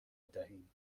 بدهیم